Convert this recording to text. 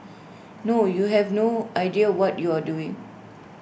no you have no idea what you are doing